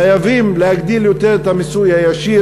חייבים להגדיל את המיסוי הישיר,